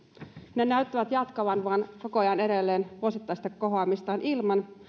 ne näyttävät vain koko ajan edelleen jatkavan vuosittaista kohoamistaan ilman